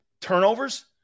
turnovers